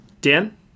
Dan